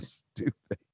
stupid